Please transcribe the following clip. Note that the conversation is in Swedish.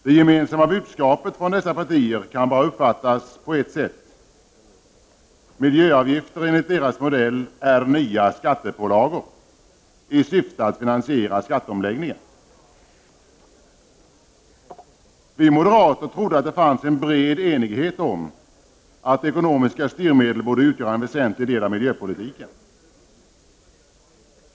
Det gemensamma budskapet från dessa partier kan bara uppfattas på ett sätt, nämligen att miljöavgifter enligt deras modell är nya skattepålagor, eftersom syftet är att finansiera skatteomläggningen. Vi moderater trodde att det fanns en bred enighet om att ekonomiska styrmedel borde utgöra en väsentlig del av miljöpolitiken.